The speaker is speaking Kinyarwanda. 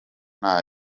nta